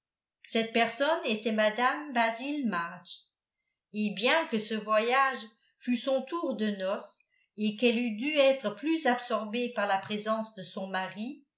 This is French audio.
cette personne était mme basil march et bien que ce voyage fût son tour de noces et qu'elle eût dû être plus absorbée par la présence de son mari